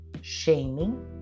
shaming